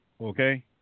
Okay